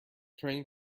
train